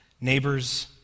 neighbors